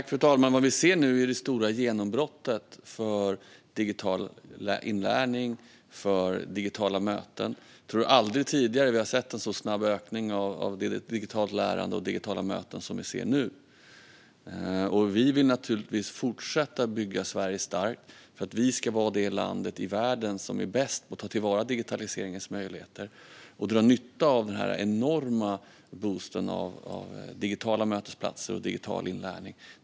Fru talman! Vad vi ser nu är det stora genombrottet för digital inlärning och digitala möten. Jag tror att vi aldrig tidigare har sett en så snabb ökning av digitalt lärande och digitala möten som nu. Vi vill naturligtvis fortsätta att bygga Sverige starkt för att vi ska vara det land i världen som är bäst på att ta till vara digitaliseringens möjligheter och dra nytta av den enorma boosten för digitala mötesplatser och digital inlärning.